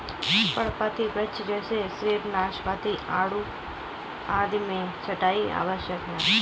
पर्णपाती वृक्ष जैसे सेब, नाशपाती, आड़ू आदि में छंटाई आवश्यक है